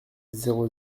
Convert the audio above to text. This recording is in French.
zéro